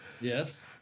Yes